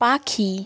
পাখি